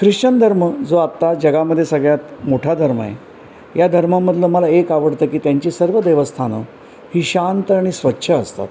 Christian धर्म जो आत्ता जगामधे सगळ्यात मोठा धर्म आहे या धर्मामधील मला एक आवडतं की त्यांची सर्व देवस्थानं ही शांत आणि स्वच्छ असतात